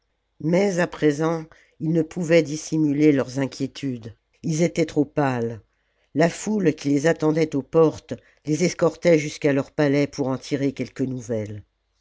mais à présent ils ne pouvaient dissimuler leurs inquiétudes ils étaient trop pâles la foule qui les attendait aux portes les escortait jusqu'à leurs palais pour en tirer quelque nouvelle